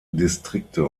distrikte